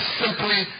simply